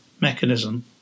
mechanism